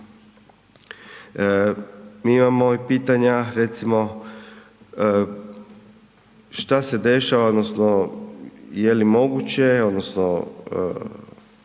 Mi imamo i pitanja recimo, šta se dešava odnosno jeli moguće čini